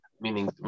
meaning